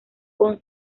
con